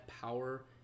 power